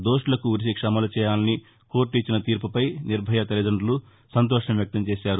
దోషులకు ఉరిశిక్ష అమలు చేయాలని కోర్లు ఇచ్చిన తీర్పుపై నిర్బయ తల్లిదండులు సంతోషం వ్యక్తం చేశారు